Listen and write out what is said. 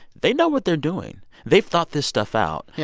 they know what they're doing. they've thought this stuff out. yeah